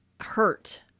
hurt